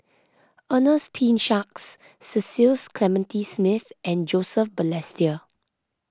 Ernest P Shanks Cecil Clementi Smith and Joseph Balestier